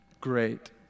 great